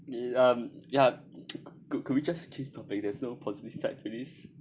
um ya could could we just change topic there's no positive sides to this